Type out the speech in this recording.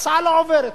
ההצעה לא עוברת,